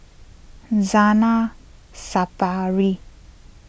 Zainal Sapari